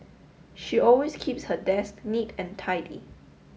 she always keeps her desk neat and tidy